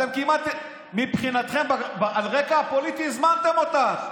אתם כמעט, מבחינתכם, על רקע פוליטי הזמנתם אותה.